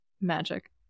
magic